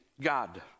God